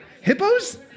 Hippos